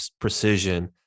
precision